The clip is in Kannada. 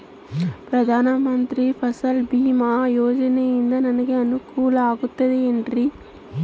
ಪ್ರಧಾನ ಮಂತ್ರಿ ಫಸಲ್ ಭೇಮಾ ಯೋಜನೆಯಿಂದ ನನಗೆ ಅನುಕೂಲ ಆಗುತ್ತದೆ ಎನ್ರಿ?